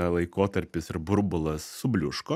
laikotarpis ir burbulas subliuško